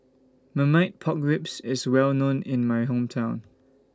Marmite Pork Ribs IS Well known in My Hometown